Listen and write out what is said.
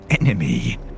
enemy